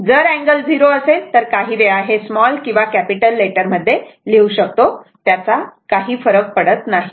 जर अँगल 0 असेल तर काहीवेळा हे स्मॉल किंवा कॅपिटल लेटर मध्ये लिहू शकतो त्याचा काही परिणाम होत नाही